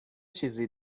چیزی